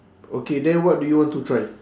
okay then what do you want to try